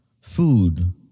Food